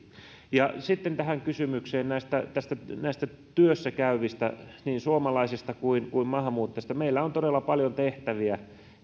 sitten tähän kysymykseen työssä käyvistä niin suomalaisista kuin maahanmuuttajista meillä on todella paljon tehtäviä